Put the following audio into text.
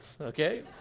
Okay